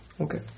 Okay